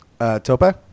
Topa